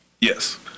Yes